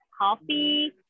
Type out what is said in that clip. coffee